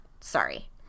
sorry